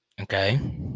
Okay